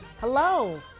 Hello